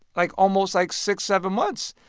like, almost, like, six, seven months.